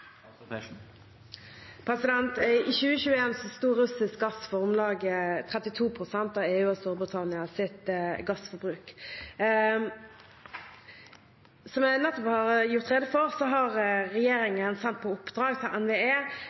russisk gass for om lag 32 pst. av EUs og Storbritannias gassforbruk. Som jeg nettopp har gjort rede for, har regjeringen gitt NVE i oppdrag